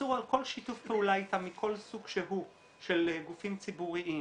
איסור על כל שיתוף פעולה איתם מכל סוג שהוא של גופים ציבוריים,